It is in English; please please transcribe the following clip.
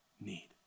need